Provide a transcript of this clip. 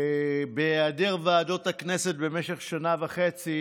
בהיעדר ועדות הכנסת במשך שנה וחצי,